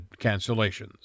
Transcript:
cancellations